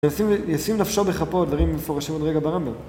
ישים נפשו בכפו דברים מפורשים עוד רגע ברמב"ם.